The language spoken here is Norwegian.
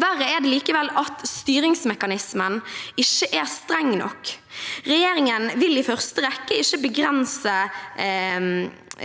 Verre er det likevel at styringsmekanismen ikke er streng nok. Regjeringen vil i første rekke ikke begrense